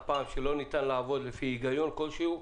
פעם שלא ניתן לעבוד לפי היגיון כלשהו.